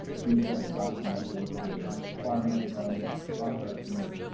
please start the process now to work together on requirement development or cost estimates,